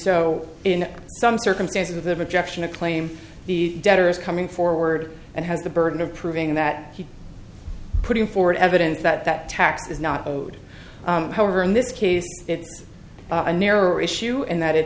so in some circumstances of objection a claim the debtor is coming forward and has the burden of proving that he putting forward evidence that that tax is not owed however in this case it's a narrower issue and that is